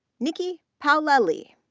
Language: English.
nikki paolelli,